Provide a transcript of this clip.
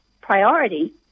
priority